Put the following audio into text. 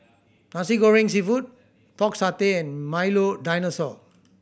Nasi Goreng Seafood Pork Satay and Milo Dinosaur